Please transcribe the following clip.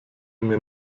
mir